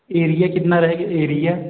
area कितना रहेगा area